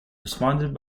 responded